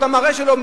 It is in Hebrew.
את המראה שלו,